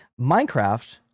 Minecraft